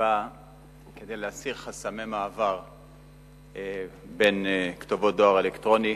באה כדי להסיר חסמי מעבר בגלל כתובות דואר אלקטרוני,